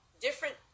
different